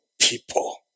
people